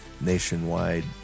nationwide